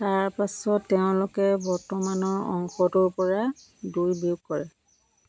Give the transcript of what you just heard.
তাৰ পাছত তেওঁলোকে বৰ্তমানৰ অংশটোৰ পৰা দুই বিয়োগ কৰে